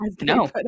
no